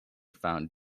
found